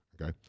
Okay